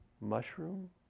Mushroom